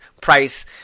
price